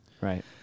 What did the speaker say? Right